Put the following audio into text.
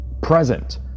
present